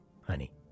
honey